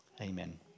Amen